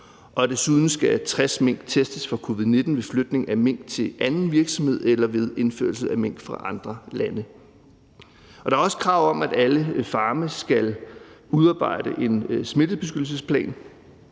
og desuden skal 60 mink testes for covid-19 ved flytning af mink til anden virksomhed eller ved indførsel af mink fra andre lande. Der er også krav om, at alle farme skal udarbejde en smittebeskyttelsesplan.